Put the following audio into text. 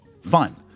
fun